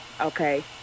okay